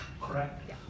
correct